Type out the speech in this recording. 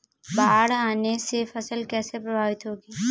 बाढ़ आने से फसल कैसे प्रभावित होगी?